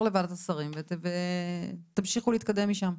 לוועדת השרים ותמשיכו להתקדם משם.